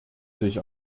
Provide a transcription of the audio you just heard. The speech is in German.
sich